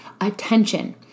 attention